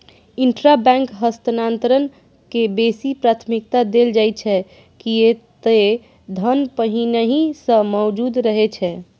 intrabank हस्तांतरण के बेसी प्राथमिकता देल जाइ छै, कियै ते धन पहिनहि सं मौजूद रहै छै